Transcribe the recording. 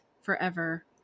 forever